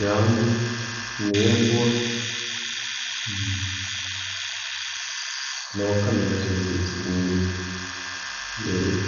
Enjango, nembwa, ne wakaame nazo.